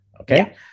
okay